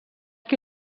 que